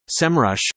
Semrush